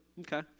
Okay